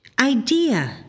idea